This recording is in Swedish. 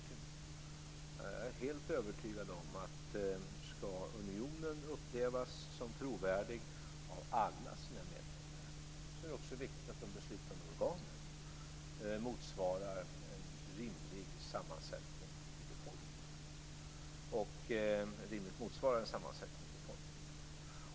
Jag är helt övertygad om att om unionen skall upplevas som trovärdig av alla sina medborgare, är det också viktigt att de beslutande organen rimligt motsvarar befolkningens sammansättning.